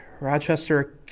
Rochester